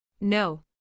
No